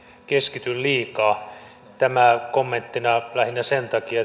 keskity liikaa tämä kommenttina lähinnä sen takia